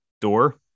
door